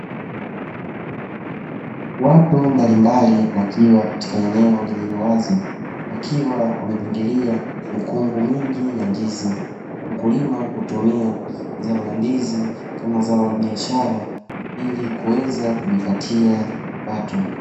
Watu mbalimbali wakiwa katika eneo lililo wazi wakiwa wamepangilia mikungu mingi ya ndizi, wakulima hutumia zao la ndizi kama zao la biashara ili kuweza kujipatia kipato.